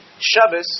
Shabbos